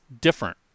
different